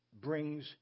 brings